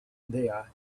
there